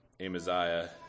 Amaziah